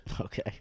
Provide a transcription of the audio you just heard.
Okay